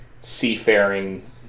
Seafaring